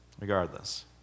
Regardless